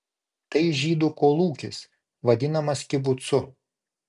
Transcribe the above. tai žydų kolūkis vadinamas kibucu